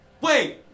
Wait